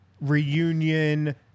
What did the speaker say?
reunion